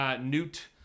Newt